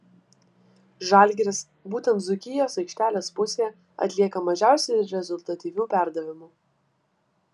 žalgiris būtent dzūkijos aikštelės pusėje atlieka mažiausiai rezultatyvių perdavimų